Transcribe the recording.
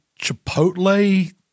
chipotle